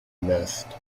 missed